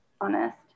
honest